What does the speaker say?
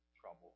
trouble